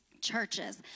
churches